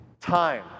time